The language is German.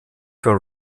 für